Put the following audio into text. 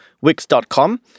Wix.com